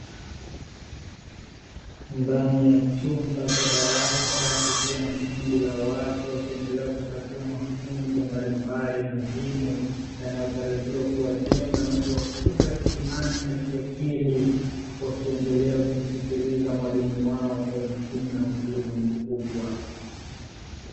Ndani ya chumba cha darasa kukiwa na kundi la watu wakiendelea kupatiwa mafunzo mbalimbali muhimu yanayotarajiwa kuwajenga na kuwakuza kiimani na kiakili wakiendelea kumsikiliza mwalimu wao kwa umakini na utulivu mkubwa.